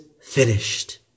finished